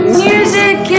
music